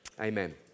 amen